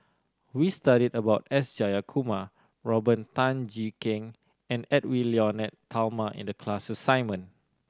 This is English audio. we studied about S Jayakumar Robert Tan Jee Keng and Edwy Lyonet Talma in the class assignment